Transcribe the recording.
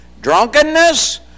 drunkenness